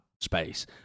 space